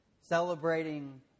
celebrating